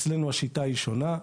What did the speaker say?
אצלנו השיטה היא שונה.